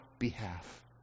behalf